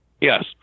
Yes